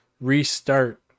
restart